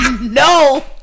No